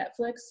Netflix